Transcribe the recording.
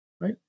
right